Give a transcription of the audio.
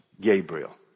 Gabriel